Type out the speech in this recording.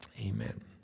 Amen